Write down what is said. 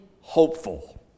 hopeful